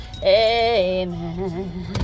Amen